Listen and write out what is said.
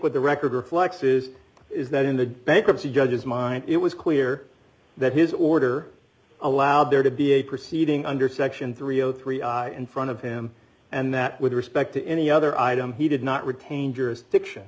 with the record reflects is is that in the bankruptcy judges mind it was clear that his order allowed there to be a proceeding under section three hundred and three in front of him and that with respect to any other item he did not retain jurisdiction